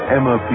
Emma